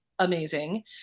amazing